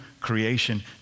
creation